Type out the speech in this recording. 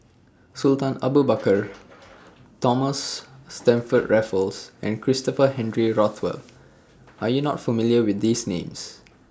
Sultan Abu Bakar Thomas Stamford Raffles and Christopher Henry Rothwell Are YOU not familiar with These Names